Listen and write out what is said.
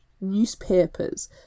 newspapers